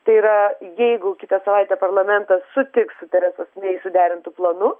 tai yra jeigu kitą savaitę parlamentas sutiks su teresos mei suderintu planu